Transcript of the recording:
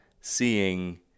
seeing